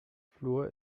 fluor